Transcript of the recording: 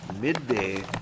midday